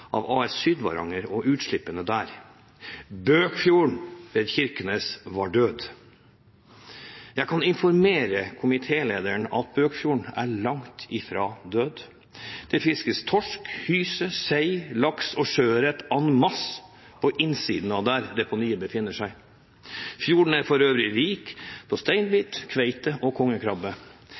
av AS Sydvaranger med utslippene der, og at Bøkfjorden ved Kirkenes var død. Jeg kan informere komitélederen om at Bøkfjorden er langt ifra død. Det fiskes torsk, hyse, sei, laks og sjøørret en masse på innsiden av der deponiet befinner seg. Fjorden er for øvrig rik på steinbit, kveite og kongekrabbe.